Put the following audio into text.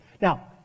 Now